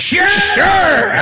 Sure